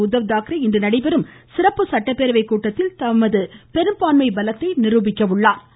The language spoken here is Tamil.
உத்தவ் தாக்கரே இன்று நடைபெறும் சிறப்பு சட்டப்பேரவைக் கூட்டத்தில் தமது பெரும்பான்மை பலத்தை நிருபிக்க உள்ளா்